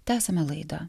tęsiame laidą